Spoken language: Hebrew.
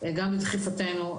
גם בדחיפתנו,